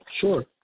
Sure